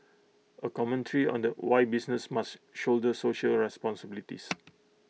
A commentary on the why businesses must shoulder social responsibilities